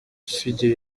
besigye